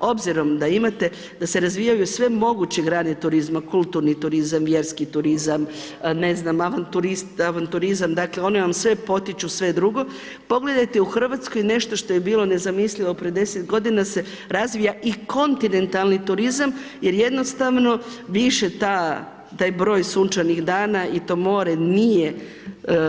Obzirom da imate, da se razvijaju sve moguće grane turizma, kulturni turizam, vjerski turizam, avanturizam, dakle oni vam sve potiču sve drugo, pogledajte u Hrvatskoj nešto što je bilo nezamislivo prije 10 godina se razvija i kontinentalni turizam jer jednostavno više ta, taj broj sunčanih dana i to more nije